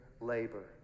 labor